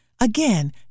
Again